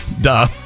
Duh